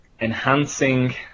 enhancing